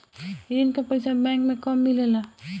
ऋण के पइसा बैंक मे कब मिले ला?